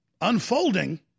unfolding